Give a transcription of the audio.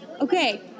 Okay